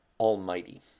Almighty